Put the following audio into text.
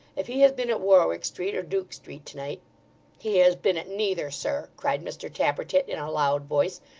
if he has been at warwick street or duke street to-night he has been at neither, sir cried mr tappertit in a loud voice,